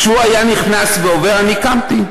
כשהוא היה נכנס ועובר אני קמתי,